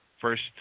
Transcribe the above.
first